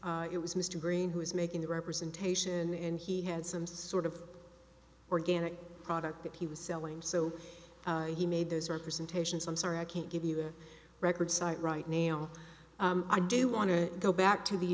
mix it was mr green who was making the representation and he had some sort of organic product that he was selling so he made those representations i'm sorry i can't give you a record site right now i do want to go back to the